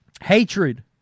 Hatred